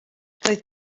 roedd